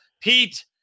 pete